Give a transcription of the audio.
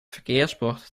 verkeersbord